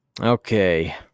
Okay